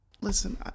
Listen